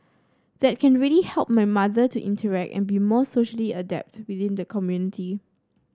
that can really help my mother to interact and be more socially adept within the community